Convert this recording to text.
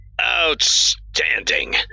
Outstanding